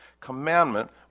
commandment